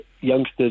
youngsters